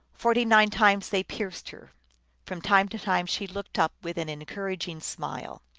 forty-nine times they pierced her from time to time she looked up with an encouraging smile.